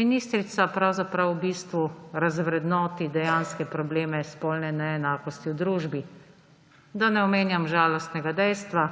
ministrica pravzaprav v bistvu razvrednoti dejanske probleme spolne neenakosti v družbi. Da ne omenjam žalostnega dejstva,